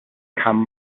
come